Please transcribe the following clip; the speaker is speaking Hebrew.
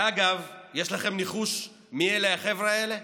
ואגב, יש לכם ניחוש מה אלה החבר'ה האלה?